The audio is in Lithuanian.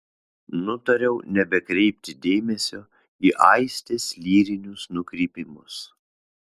nutariau nebekreipti dėmesio į aistės lyrinius nukrypimus